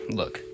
look